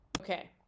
Okay